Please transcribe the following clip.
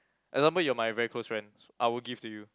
example you are my very close friend I will give to you